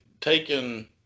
taken